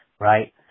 Right